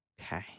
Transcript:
Okay